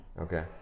Okay